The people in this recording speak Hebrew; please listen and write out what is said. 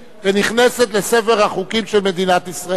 והחוק נכנס לספר החוקים של מדינת ישראל.